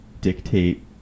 dictate